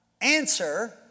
Answer